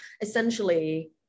Essentially